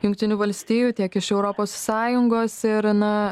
jungtinių valstijų tiek iš europos sąjungos ir na